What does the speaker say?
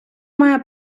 має